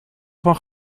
van